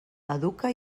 educa